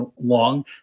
long